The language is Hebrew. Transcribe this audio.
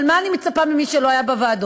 אבל מה אני מצפה ממי שלא היה בישיבות?